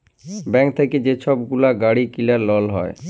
bank থ্যাইকে যে ছব গুলা গাড়ি কিলার লল হ্যয়